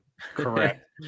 correct